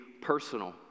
personal